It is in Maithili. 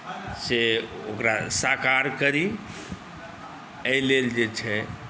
से ओकरा साकार करी एहिलेल जे छै